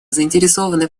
заинтересованы